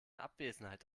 abwesenheit